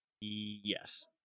yes